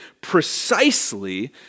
precisely